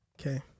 Okay